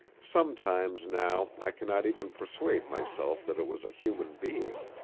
sometimes now i cannot even persuade myself that it was a human being.